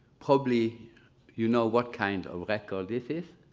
probably you know what kind of record this is.